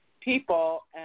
people